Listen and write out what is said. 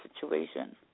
situation